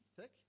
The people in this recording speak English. thick